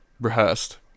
rehearsed